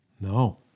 No